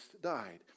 died